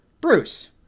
Bruce